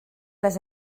les